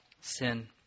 sin